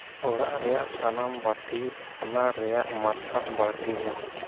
ᱚᱲᱟᱜ ᱨᱮᱭᱟᱜ ᱥᱟᱱᱟᱢ ᱵᱟᱹᱛᱤ ᱚᱱᱟ ᱨᱮᱭᱟᱜ ᱢᱟᱨᱥᱟᱞ ᱵᱟᱹᱲᱛᱤ ᱢᱮ